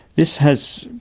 this has,